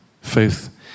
faith